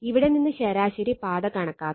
ഇവിടെ നിന്ന് ശരാശരി പാത കണക്കാക്കാം